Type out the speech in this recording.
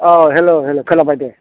औ हेल' हेल' खोनाबाय दे